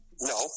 No